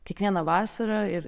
kiekvieną vasarą ir